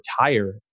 retire